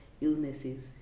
illnesses